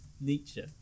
nietzsche